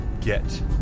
get